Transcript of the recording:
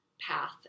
path